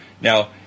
Now